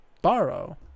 borrow